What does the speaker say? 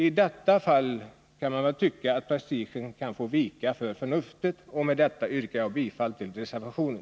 I detta fall kan väl prestigen få vika för förnuftet. Med detta yrkar jag bifall till reservationen.